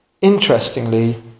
Interestingly